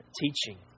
Teaching